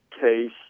case